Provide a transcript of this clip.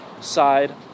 side